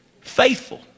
faithful